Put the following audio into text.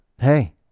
hey